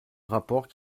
rapport